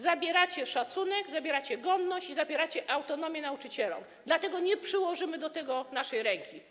Zabieracie szacunek, zabieracie godność i zabieracie autonomię nauczycielom, dlatego nie przyłożymy do tego ręki.